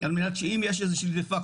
על מנת שאם יש איזושהי דליפה,